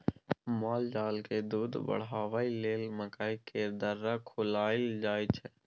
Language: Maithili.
मालजालकेँ दूध बढ़ाबय लेल मकइ केर दर्रा खुआएल जाय छै